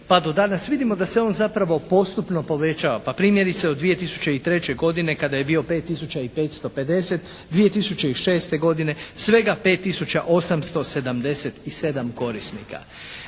pa do danas vidimo da se on zapravo postupno povećava. Pa primjerice od 2003. godine kada je bio 5 tisuća i 550, 2006. svega 5 tisuća 877 korisnika.